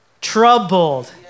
troubled